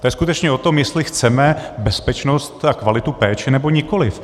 To je skutečně o tom, jestli chceme bezpečnost a kvalitu péče, nebo nikoliv.